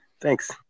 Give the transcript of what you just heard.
thanks